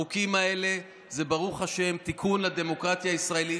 החוקים האלה זה ברוך השם תיקון לדמוקרטיה הישראלית,